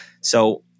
So-